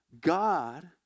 God